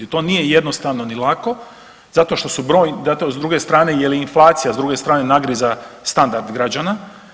To nije jednostavno ni lako zato što su brojni, zato s druge strane jer i inflacija s druge strane nagriza standard građana.